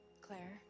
Claire